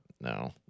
No